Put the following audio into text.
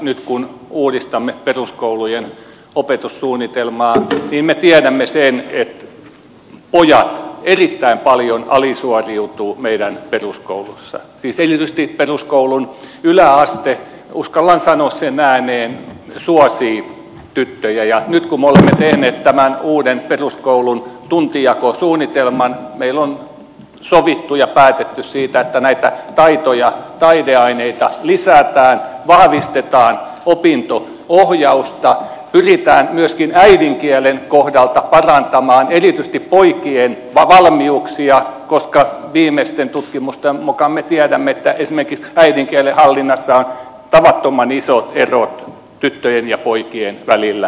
nyt kun uudistamme peruskoulujen opetussuunnitelmaa niin me tiedämme sen että pojat erittäin paljon alisuoriutuvat meidän peruskoulussa siis erityisesti peruskoulun yläaste uskallan sanoa sen ääneen suosii tyttöjä ja nyt kun me olemme tehneet tämän uuden peruskoulun tuntijakosuunnitelman meillä on sovittu ja päätetty siitä että näitä taito ja taideaineita lisätään vahvistetaan opinto ohjausta pyritään myöskin äidinkielen kohdalta parantamaan erityisesti poikien valmiuksia koska viimeisten tutkimusten mukaan me tiedämme että esimerkiksi äidinkielen hallinnassa on tavattoman isot erot tyttöjen ja poikien välillä